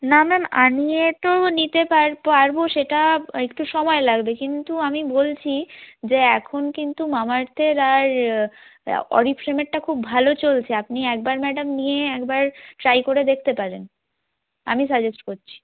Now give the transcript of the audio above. না ম্যাম আনিয়ে তো নিতে পারবো সেটা একটু সময় লাগবে কিন্তু আমি বলছি যে এখন কিন্তু মামা আর্থের আর অরিফ্লেমেরটা খুব ভালো চলছে আপনি একবার ম্যাডাম নিয়ে একবার ট্রাই করে দেখতে পারেন আমি সাজেস্ট করছি